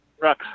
Right